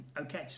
Okay